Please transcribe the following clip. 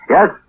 Yes